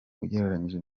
ugereranyije